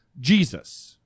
Jesus